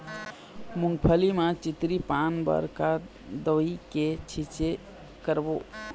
मूंगफली म चितरी पान बर का दवई के छींचे करबो?